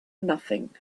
nothing